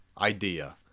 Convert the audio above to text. idea